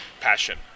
passion